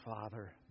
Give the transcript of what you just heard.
Father